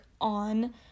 on